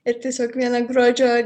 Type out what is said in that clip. ir tiesiog vieną gruodžio